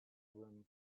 room